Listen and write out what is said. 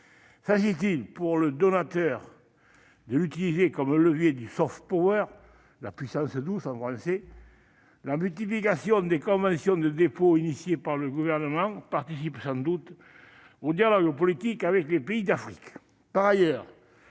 S'agit-il pour le donateur de l'utiliser comme un levier de- « puissance douce », en français ? La multiplication des conventions de dépôt engagées par le Gouvernement participe sans doute au dialogue politique avec les pays d'Afrique.